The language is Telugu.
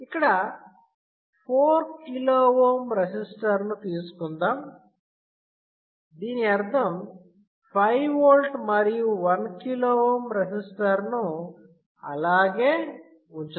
ఇక్కడ 4KΩ రెసిస్టర్ ను తీసుకుందాం దీని అర్థం 5V మరియు 1KΩ రెసిస్టర్ ను అలాగే ఉంచుతాము